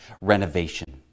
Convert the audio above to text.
renovation